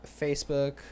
Facebook